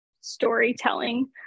storytelling